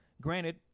Granted